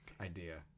idea